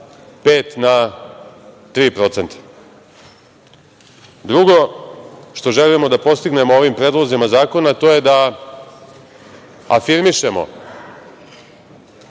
5% na 3%.Drugo što želimo da postignemo ovim predlozima zakona, to je da afirmišemo